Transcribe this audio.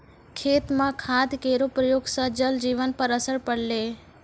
खेत म खाद केरो प्रयोग सँ जल जीवन पर असर पड़लै